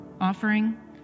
Offering